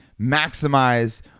maximize